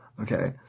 Okay